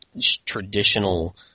traditional